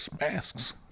masks